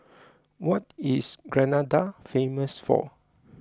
what is Grenada famous for